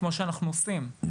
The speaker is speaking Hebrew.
כמו שאנחנו עושים,